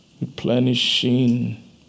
replenishing